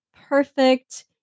perfect